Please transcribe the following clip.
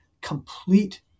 complete